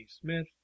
Smith